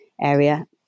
area